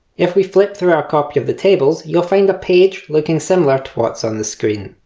if we flip through our copy of the tables you'll find a page looking similar to what's on the screen,